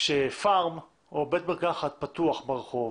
כשפארם או בית מרקחת פתוח ברחוב